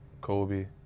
Kobe